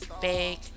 big